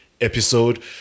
episode